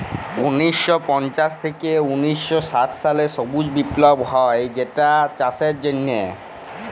উনিশ শ পঞ্চাশ থ্যাইকে উনিশ শ ষাট সালে সবুজ বিপ্লব হ্যয় যেটচাষের জ্যনহে